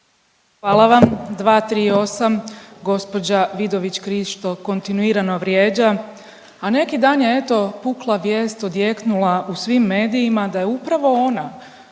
Hvala vam. 238. Gospođa Vidović Krišto kontinuirano vrijeđa, a neki dan je eto pukla vijest, odjeknula u svim medijima da je upravo ona